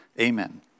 Amen